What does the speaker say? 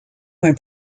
when